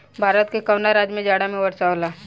भारत के कवना राज्य में जाड़ा में वर्षा होला?